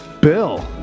Bill